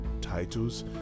titles